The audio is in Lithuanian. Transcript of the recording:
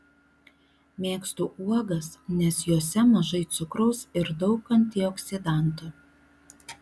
mėgstu uogas nes jose mažai cukraus ir daug antioksidantų